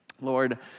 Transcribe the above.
Lord